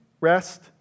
rest